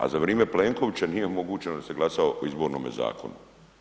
A za vrijeme Plenkovića nije omogućeno da se glasa o izbornome zakonu.